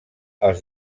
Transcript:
els